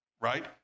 right